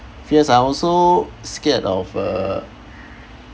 fears I also scared of uh